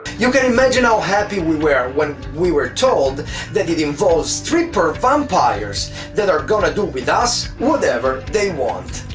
you can imagine how ah happy we were when we were told that it involves strippers vampires that are gonna do with us what ever they want.